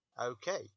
Okay